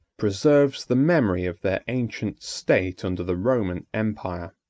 preserves the memory of their ancient state under the roman empire.